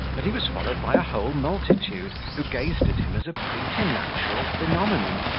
that he was followed by a whole multitude, who gazed at him as a preternatural phenomenon.